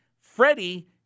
Freddie